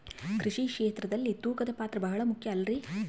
ಕೃಷಿ ಕ್ಷೇತ್ರದಲ್ಲಿ ತೂಕದ ಪಾತ್ರ ಬಹಳ ಮುಖ್ಯ ಅಲ್ರಿ?